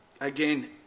Again